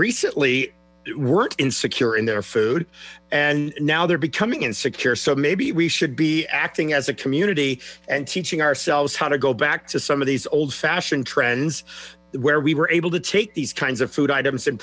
recently weren't insecure in their food and now they're becoming insecure so maybe we should be acting as a community and teaching ourselves how to go back to some of these old fashion trends where we were able to take these kinds of food items